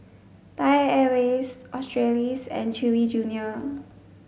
Thai Airways Australis and Chewy Junior